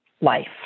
life